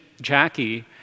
Jackie